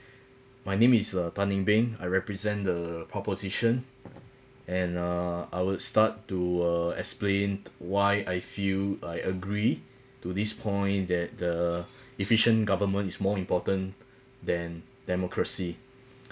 my name is uh tan eng beng I represent the proposition and uh I would start to uh explained why I feel I agree to this point that the efficient government is more important than democracy